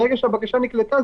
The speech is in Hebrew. ברגע שהבקשה נקלטה,